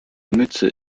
mütze